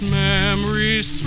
memories